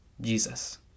Jesus